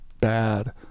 bad